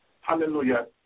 Hallelujah